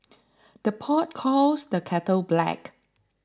the pot calls the kettle black